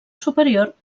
superior